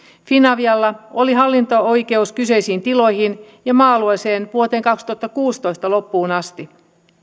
finavialla oli hallinto oikeus kyseisiin tiloihin ja maa alueeseen vuoteen kaksituhattakuusitoista loppuun asti